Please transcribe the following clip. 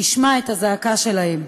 ישמע את הזעקה שלהם.